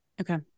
Okay